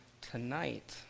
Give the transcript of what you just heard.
tonight